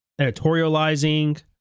Editorializing